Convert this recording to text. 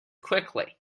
quickly